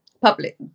public